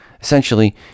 Essentially